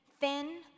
thin